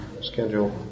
schedule